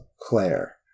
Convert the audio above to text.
claire